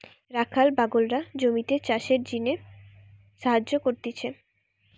রাখাল বাগলরা জমিতে চাষের জিনে সাহায্য করতিছে